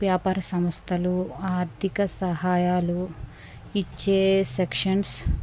వ్యాపార సంస్థలు ఆర్ధిక సహాయాలు ఇచ్చే సెక్షన్స్